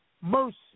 mercy